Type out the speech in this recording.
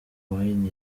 wine